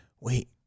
Wait